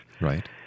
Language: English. Right